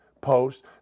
post